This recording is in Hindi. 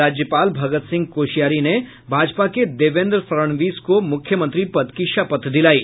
राज्यपाल भगत सिंह कोश्यारी ने भाजपा के देवेंद्र फड़णवीस को मूख्यमंत्री पद की शपथ दिलायी